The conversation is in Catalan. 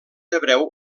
hebreu